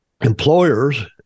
employers